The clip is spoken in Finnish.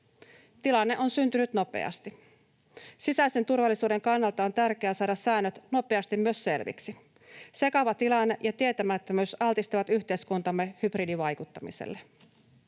Tilanne on syntynyt nopeasti. Sisäisen turvallisuuden kannalta on tärkeää saada nopeasti myös säännöt selviksi. Sekava tilanne ja tietämättömyys altistavat yhteiskuntamme hybridivaikuttamiselle.